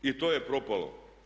I to je propalo.